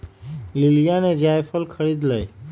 लिलीया ने जायफल खरीद लय